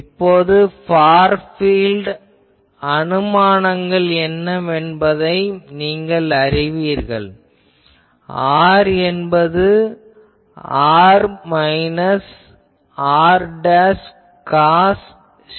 இப்போது far field அனுமானங்கள் என்னவென்பதை நீங்கள் அறிவீர்கள் R என்பது r minus r cos psi